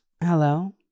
Hello